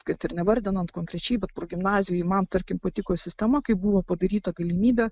kad ir nevardinant konkrečiai bet progimnazijoje man tarkim patiko sistema kaip buvo padaryta galimybė